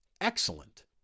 excellent